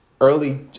early